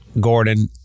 Gordon